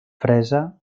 fresa